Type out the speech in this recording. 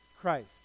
Christ